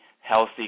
healthy